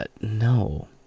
No